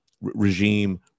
regime